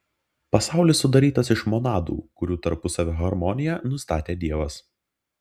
pasaulis sudarytas iš monadų kurių tarpusavio harmoniją nustatė dievas